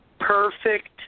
perfect